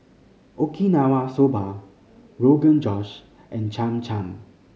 Okinawa Soba Rogan Josh and Cham Cham